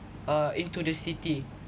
uh into the city